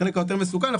החלק היותר מסוכן,